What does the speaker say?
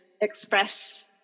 express